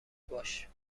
باش